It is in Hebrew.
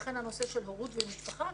לכן הנושא של הורות ומשפחה.